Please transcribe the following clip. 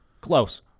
Close